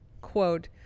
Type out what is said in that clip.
quote